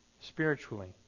spiritually